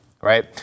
right